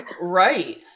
right